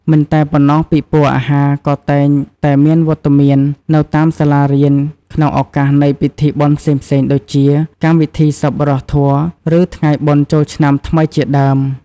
មិនតែប៉ុណ្ណោះ ពិព័រណ៍អាហារក៏តែងតែមានវត្តមាននៅតាមសាលារៀន ក្នុងឱកាសនៃពិធីបុណ្យផ្សេងៗដូចជា កម្មវិធីសប្បុរសធម៌ ឬថ្ងៃបុណ្យចូលឆ្នាំថ្មីជាដើម។